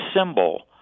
symbol